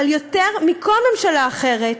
אבל יותר מכל ממשלה אחרת,